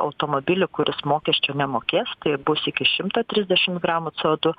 automobilį kuris mokesčio nemokės tai bus iki šimto trisdešim gramų c o du